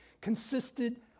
consisted